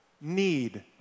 need